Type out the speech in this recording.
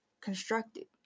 constructed